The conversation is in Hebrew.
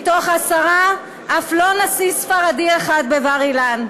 מתוך עשרה אף לא נשיא ספרדי אחד בבר-אילן.